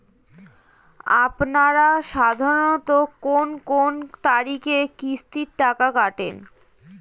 আপনারা সাধারণত কোন কোন তারিখে কিস্তির টাকা কাটে?